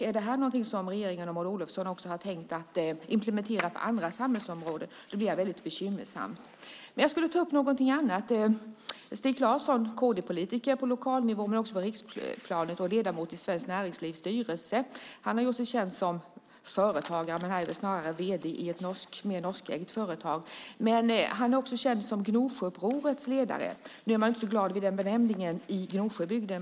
Är det här något som regeringen och Maud Olofsson har tänkt implementera på andra samhällsområden blir jag väldigt bekymrad. Jag skulle också vilja ta upp någonting annat. Stig Claesson, kd-politiker på lokalnivå men också på riksplanet och ledamot i Svenskt Näringslivs styrelse, har gjort sig känd som företagare, men han är snarare vd i ett norskägt företag. Han är också känd som Gnosjöupprorets ledare. Nu är man inte så glad åt den benämningen i Gnosjöbygden.